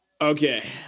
Okay